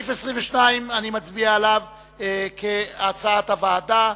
נצביע על סעיף 22, כהצעת הוועדה.